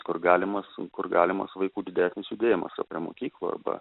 kur galimas kur galimas vaikų didesnis judėjimas jau prie mokyklų arba